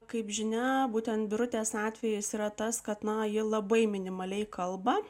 kaip žinia būtent birutės atvejis yra tas kad na ji labai minimaliai kalba